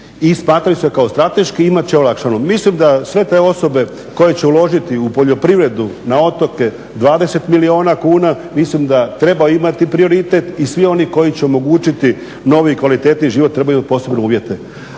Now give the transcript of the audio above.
i smatraju se kao strateški i imat će olakšano. Mislim da sve te osobe koje će uložiti u poljoprivredu na otoke 20 milijuna kuna, mislim da treba imati prioritet i svi oni koji će omogućiti novi i kvalitetniji život trebaju imati posebne uvjete.